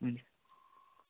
हुन्छ